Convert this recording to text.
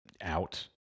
out